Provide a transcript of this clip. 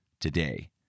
today